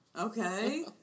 Okay